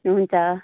हुन्छ